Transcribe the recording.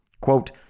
Quote